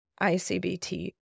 ICBT